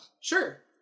Sure